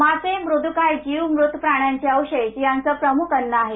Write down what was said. मासे मृद्काय जीव मृत प्राण्यांचे अवशेष हे यांचं प्रमुख अन्न आहे